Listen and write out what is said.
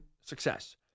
success